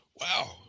wow